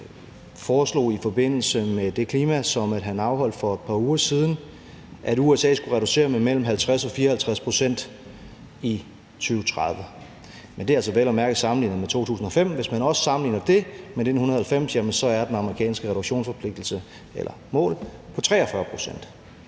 foreslog i forbindelse med det klimatopmøde, han afholdt for et par uger siden, at USA skulle reducere med mellem 50 og 54 pct. i 2030; men det er altså vel at mærke sammenlignet med 2005. Hvis man også sammenligner det med 1990, er den amerikanske reduktionsforpligtelse eller -mål på 43 pct.